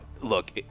Look